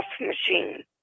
machine